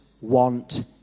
want